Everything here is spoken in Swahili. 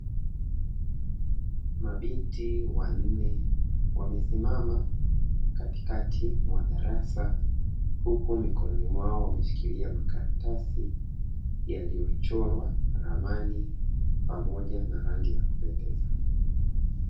Mabinti wanne wamesimama katikati mwa darasa huku mikononi mwao wameshikilia makaratasi yaliyochorwa ramani pamoja na rangi ya kupendeza.